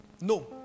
No